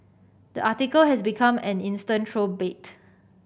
the article has become an instant troll bait